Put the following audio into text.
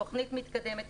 תוכנית מתקדמת,